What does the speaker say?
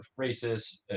racists